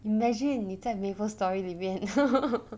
imagine 你在 maple story 里面